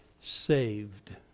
saved